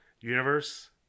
universe